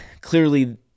clearly